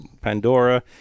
Pandora